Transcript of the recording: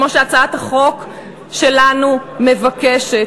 כמו שהצעת החוק שלנו מבקשת.